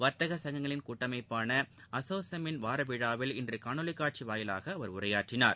வர்த்தக சங்கங்களின் கூட்டமைப்பான அசோசெம்மின் வாரவிழாவில் இன்று காணொலி காட்சி வாயிலாக அவர் உரையாற்றினார்